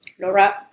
Laura